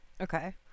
Okay